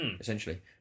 Essentially